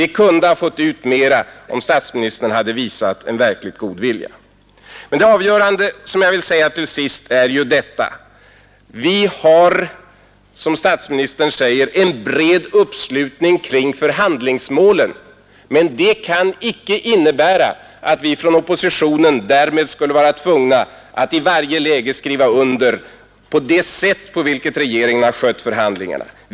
Vi kunde ha fått ut mer om statsministern visat en verkligt god vilja. Men -— och det vill jag säga till sist — det avgörande är ju detta: Vi har, som statministern säger, en bred uppslutning kring förhandlingsmålen. Men det kan icke innebära att vi från oppositionen därmed skulle vara tvungna att i varje läge skriva under på det sätt som regeringen skött förhandlingarna på.